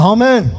Amen